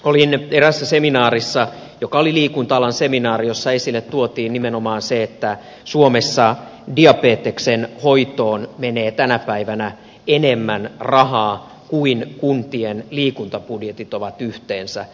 olin eräässä seminaarissa joka oli liikunta alan seminaari jossa esille tuotiin nimenomaan se että suomessa diabeteksen hoitoon menee tänä päivänä enemmän rahaa kuin kuntien liikuntabudjetit ovat yhteensä